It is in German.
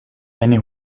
deine